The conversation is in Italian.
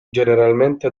generalmente